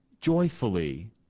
joyfully